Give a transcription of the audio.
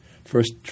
First